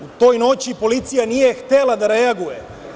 U toj noći policija nije htela da reaguje.